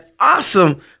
awesome